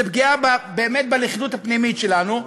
זה פגיעה באמת בלכידות הפנימית שלנו.